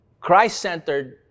Christ-centered